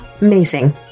Amazing